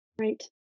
Right